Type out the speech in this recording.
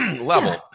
level